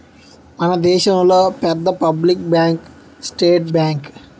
మన దేశంలో పెద్ద పబ్లిక్ బ్యాంకు స్టేట్ బ్యాంకు